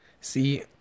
See